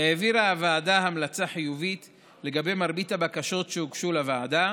העבירה הוועדה המלצה חיובית לגבי מרבית הבקשות שהוגשו לוועדה,